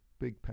big